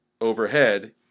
overhead